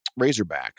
razorbacks